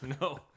No